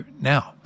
now